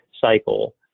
cycle